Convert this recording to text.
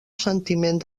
sentiment